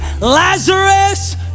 Lazarus